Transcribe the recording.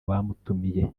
bamutumiye